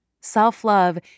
Self-love